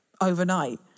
overnight